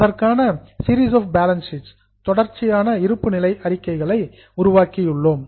அதற்கான series of balance sheets தொடர் இருப்புநிலை அறிக்கைகளை உருவாக்கியுள்ளோம்